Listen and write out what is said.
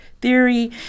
theory